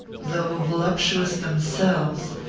though voluptuous themselves,